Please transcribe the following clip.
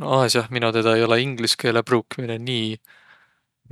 No Aasiah mino teedäq ei olõq inglüs keele pruukminõ nii